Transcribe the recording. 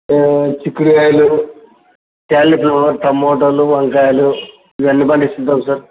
చిక్కుడుకాయలు క్యాలీఫ్లవర్ టొమాటోలు వంకాయలు ఇవన్నీ పండిస్తుంటాం సార్